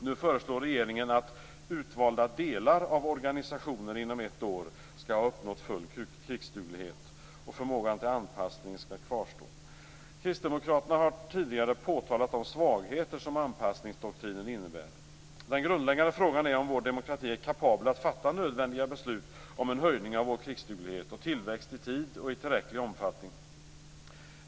Nu föreslår regeringen att utvalda delar av organisationen inom ett år skall ha uppnått full krigsduglighet. Förmågan till anpassning skall kvarstå. Kristdemokraterna har tidigare påtalat de svagheter som anpassningsdoktrinen innebär. Den grundläggande frågan är om vår demokrati är kapabel att fatta nödvändiga beslut om en höjning av vår krigsduglighet och tillväxt i tid och i tillräcklig omfattning.